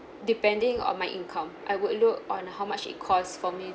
depending on my income I would look on how much it cost for me